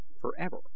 forever